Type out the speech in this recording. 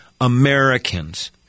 Americans